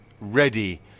ready